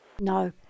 No